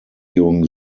during